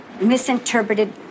misinterpreted